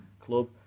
club